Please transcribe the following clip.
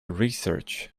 research